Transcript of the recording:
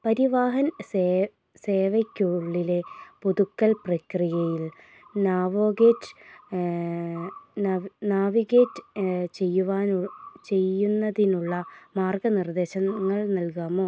പരിവാഹൻ സേവയ്ക്കുള്ളിലെ പുതുക്കൽ പ്രക്രിയയിൽ നാവിഗേറ്റ് ചെയ്യുന്നതിനുള്ള മാർഗ്ഗനിർദ്ദേശങ്ങൾ നൽകാമോ